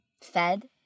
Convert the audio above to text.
fed